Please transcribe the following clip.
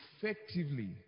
effectively